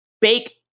bake